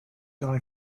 die